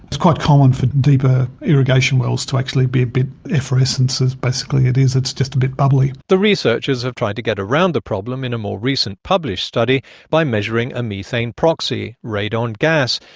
it's quite common for deeper irrigation wells to actually be a bit, effervescence is basically what it is, it's just a bit bubbly. the researchers have tried to get around the problem in a more recent published study by measuring a methane proxy, radon gas,